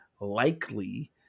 likely